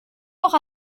noch